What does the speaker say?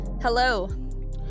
Hello